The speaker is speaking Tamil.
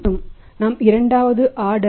மற்றும் நாம் இரண்டாவது ஆர்டர்